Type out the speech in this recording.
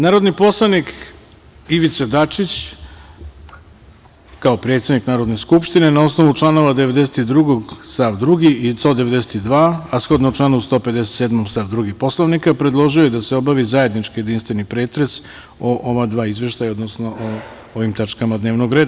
Narodni poslanik Ivica Dačić, kao predsednik Narodne skupštine, na osnovu članova 92. stav 2. i 192, a shodno članu 157. stav 2. Poslovnika, predložio je da se obavi zajednički jedinstveni pretres o ova dva izveštaja, odnosno o ovim tačkama dnevnog reda.